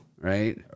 right